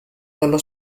dallo